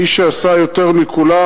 מי שעשה יותר מכולם,